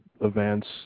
events